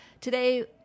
Today